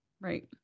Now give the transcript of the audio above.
Right